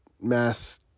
mass